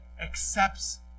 accepts